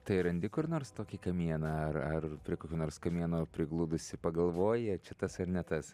tai randi kur nors tokį kamieną ar ar prie kokio nors kamieno prigludusi pagalvoji a čia tas ar ne tas